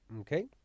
Okay